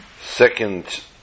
Second